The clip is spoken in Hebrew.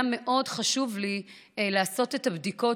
היה מאוד חשוב לי לעשות את הבדיקות